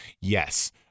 Yes